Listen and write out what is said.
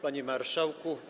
Panie Marszałku!